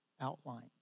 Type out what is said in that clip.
outline